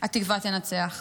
התקווה תנצח.